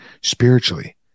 spiritually